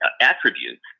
attributes